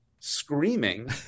screaming